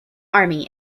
army